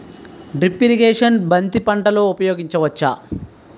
Drip irrigation బంతి పంటలో ఊపయోగించచ్చ?